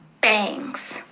bangs